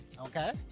Okay